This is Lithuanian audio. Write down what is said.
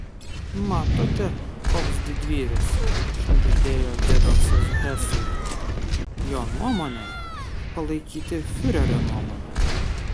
matote koks didvyris šnibždėjo gebelsas hesui jo nuomonė palaikyti fiurerio nuomonę